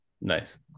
Nice